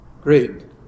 Great